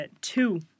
two